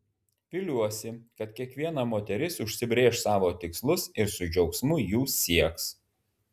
viliuosi kad kiekviena moteris užsibrėš savo tikslus ir su džiaugsmu jų sieks